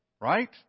right